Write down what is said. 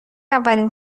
اولین